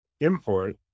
import